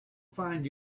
find